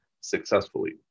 successfully